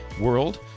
world